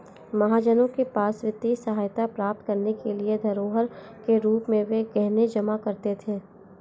महाजनों के पास वित्तीय सहायता प्राप्त करने के लिए धरोहर के रूप में वे गहने जमा करते थे